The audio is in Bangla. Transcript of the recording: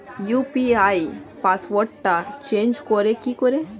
ইউ.পি.আই পাসওয়ার্ডটা চেঞ্জ করে কি করে?